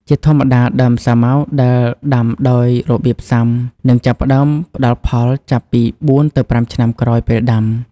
ជាធម្មតា ដើមសាវម៉ាវដែលដាំដោយរបៀបផ្សាំនឹងចាប់ផ្ដើមផ្ដល់ផលចាប់ពី៤ ទៅ ៥ ឆ្នាំក្រោយពេលដាំ។